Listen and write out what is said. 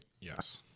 Yes